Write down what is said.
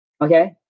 Okay